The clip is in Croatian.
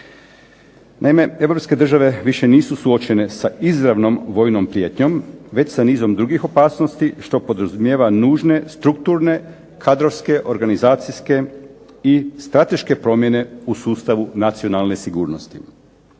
države više nisu suočene sa izravnom vojnom prijetnjom već sa nizom drugih opasnosti što podrazumijeva nužne strukturne, kadrovske, organizacijske i strateške promjene u sustavu nacionalne sigurnosti.